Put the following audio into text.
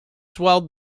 swelled